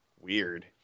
Weird